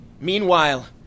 meanwhile